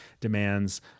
demands